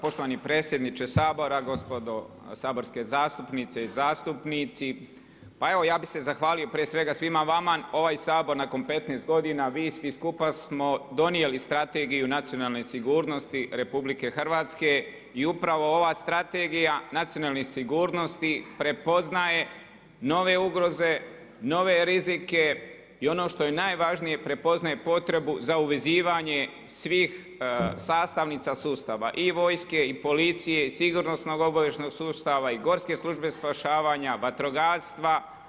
Poštovani predsjedniče Sabora, gospodo saborske zastupnice i zastupnici, pa evo ja bih se zahvalio prije svega svima vama, ovaj Sabor nakon 15 godina, vi svi skupa, smo donijeli Strategiju nacionalne sigurnosti RH i upravo ova Strategija nacionalne sigurnosti prepoznaje nove ugroze, nove rizike i ono što je najvažnije prepoznaje potrebu za uvezivanje svih sastavnica sustava i vojske i policije i sigurnosnog obavještajnog sustava i Gorske službe spašavanja, vatrogastva.